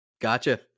Gotcha